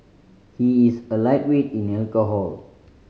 he is a lightweight in alcohol